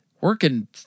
working